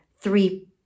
three